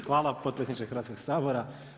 Hvala potpredsjedniče Hrvatskoga sabora.